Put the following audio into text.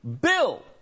bill